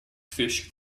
fish